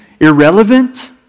irrelevant